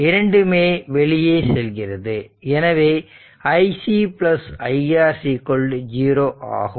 இரண்டுமே வெளியே செல்கிறது எனவே iC iR 0 ஆகும்